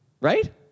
Right